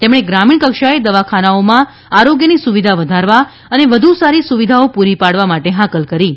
તેમણે ગ્રામીણ કક્ષાએ દવાખાનાઓમાં આરોગ્યની સુવિધા વધારવા અને વધુ સારી સુવિધાઓ પૂરી પાડવા માટે હાકલ કરી છે